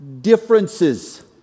differences